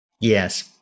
Yes